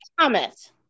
Thomas